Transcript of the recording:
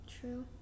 True